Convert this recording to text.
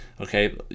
okay